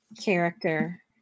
character